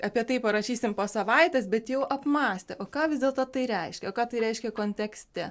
apie tai parašysim po savaitės bet jau apmąstę o ką vis dėlto tai reiškia ką tai reiškia kontekste